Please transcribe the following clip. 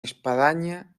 espadaña